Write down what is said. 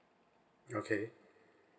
okay